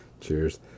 Cheers